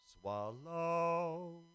swallow